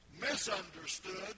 Misunderstood